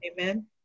Amen